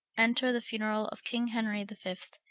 enter the funerall of king henry the fift,